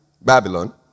Babylon